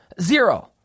zero